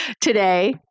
today